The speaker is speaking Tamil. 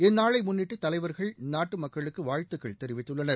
இந்நாளை முன்னிட்டு தலைவர்கள் நாட்டுமக்களுக்கு வாழ்த்துக்கள் தெரிவித்துள்ளனர்